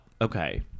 Okay